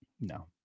No